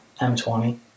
M20